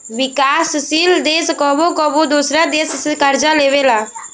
विकासशील देश कबो कबो दोसरा देश से कर्ज लेबेला